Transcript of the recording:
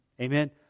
Amen